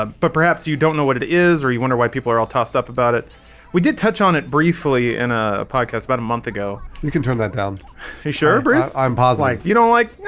ah but perhaps you don't know what it is, or you wonder why people are all tossed up about it we did touch on it briefly in a podcast about a month ago. you can turn that down hey sure bruce i'm pausing like you don't like